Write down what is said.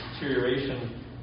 deterioration